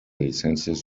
llicències